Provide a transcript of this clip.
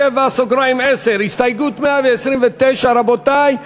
לסעיף 47(10), הסתייגות 129, רבותי.